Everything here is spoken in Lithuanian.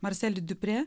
marselį diuprė